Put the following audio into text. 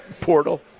portal